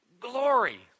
glory